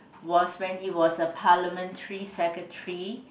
was when he was a parliamentary secretary